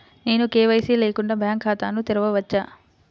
నేను కే.వై.సి లేకుండా బ్యాంక్ ఖాతాను తెరవవచ్చా?